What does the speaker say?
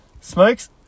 Smokes